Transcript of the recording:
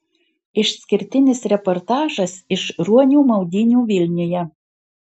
išskirtinis reportažas iš ruonių maudynių vilniuje